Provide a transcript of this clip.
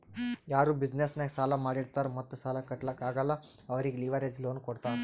ಯಾರು ಬಿಸಿನೆಸ್ ನಾಗ್ ಸಾಲಾ ಮಾಡಿರ್ತಾರ್ ಮತ್ತ ಸಾಲಾ ಕಟ್ಲಾಕ್ ಆಗಲ್ಲ ಅವ್ರಿಗೆ ಲಿವರೇಜ್ ಲೋನ್ ಕೊಡ್ತಾರ್